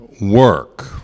work